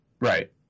Right